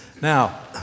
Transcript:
Now